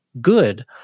good